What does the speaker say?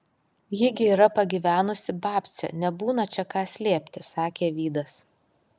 ji gi yra pagyvenusi babcė nebūna čia ką slėpti sakė vydas